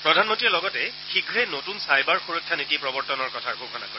প্ৰধানমন্ত্ৰীয়ে লগতে শীয়ে নতুন চাইবাৰ সুৰক্ষা নীতি প্ৰৱৰ্তনৰ কথা ঘোষণা কৰে